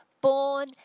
born